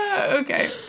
Okay